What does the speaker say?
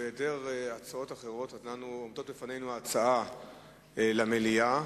בהעדר הצעות אחרות עומדת בפנינו ההצעה להעביר את הנושא למליאה.